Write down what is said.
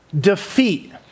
defeat